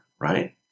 right